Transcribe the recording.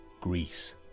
Greece